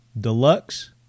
Deluxe